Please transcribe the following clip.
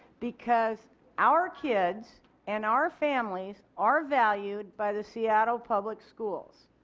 because our kids and our families are valued by the seattle public schools